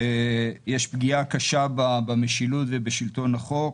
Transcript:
יש פגיעה קשה במשילות ובשלטון החוק.